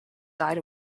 died